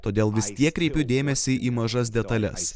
todėl visi tie kreipiu dėmesį į mažas detales